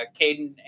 Caden